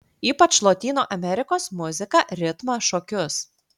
ypač lotynų amerikos muziką ritmą šokius